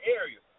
area